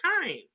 time